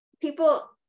people